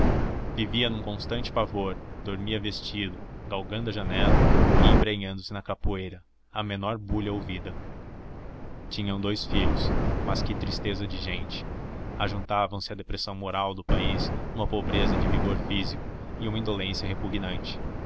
vivia num constante pavor dormia vestido galgando a janela e embrenhando se na capoeira à menor bulha ouvida tinham dous filhos mas que tristeza de gente ajuntavam à depressão moral dos pais uma pobreza de vigor físico e uma indolência repugnante